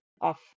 off